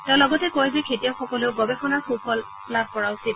তেওঁ লগতে কয় যে খেতিয়কসকলেও গৱেষণাৰ সুফল লাভ কৰা উচিত